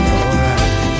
Alright